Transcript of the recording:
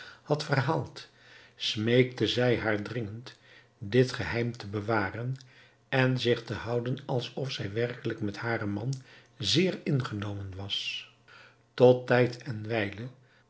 had verhaald smeekte zij haar dringend dit geheim te bewaren en zich te houden alsof zij werkelijk met haren man zeer ingenomen was tot tijd en wijle